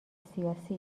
سیاسی